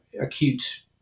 acute